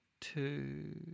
Two